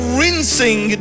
rinsing